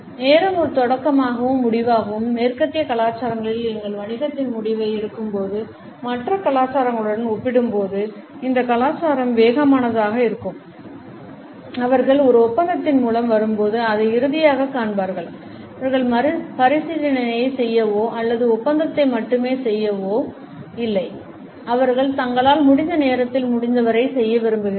நேரம் ஒரு தொடக்கமாகவும் முடிவாகவும் மேற்கத்திய கலாச்சாரங்கள் எங்கள் வணிகத்தின் முடிவை எடுக்கும்போது மற்ற கலாச்சாரங்களுடன் ஒப்பிடும்போது இந்த கலாச்சாரம் வேகமானதாக இருக்கும் அவர்கள் ஒரு ஒப்பந்தத்தின் மூலம் வரும்போது அதை இறுதியாகக் காண்பார்கள் அவர்கள் மறுபரிசீலனை செய்யவோ அல்லது ஒப்பந்தத்தை மட்டும் செய்யவோ இல்லை அவர்கள் தங்களால் முடிந்த நேரத்தில் முடிந்தவரை செய்ய விரும்புகிறார்கள்